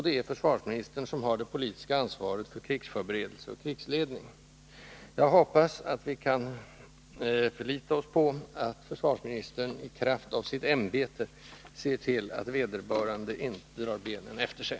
Det är försvarsministern som har det politiska ansvaret för krigsförberedelser och krigsledning. Jag hoppas att vi kan förlita oss på att försvarsministern, i kraft av sitt ämbete, i den här saken ser till att vederbörande inte drar benen efter sig.